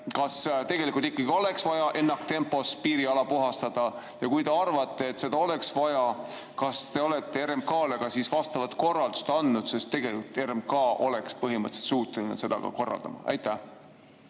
kas tegelikult ikkagi oleks vaja ennaktempos piiriala puhastada? Ja kui te arvate, et seda oleks vaja, kas te olete RMK-le ka vastava korralduse andnud? Sest tegelikult RMK oleks põhimõtteliselt suuteline seda korraldama. Aitäh,